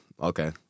Okay